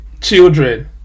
children